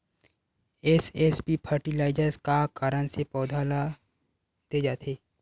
SSP fertilizer का कारण से पौधा ल दे जाथे?